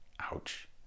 ouch